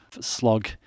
slog